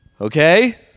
Okay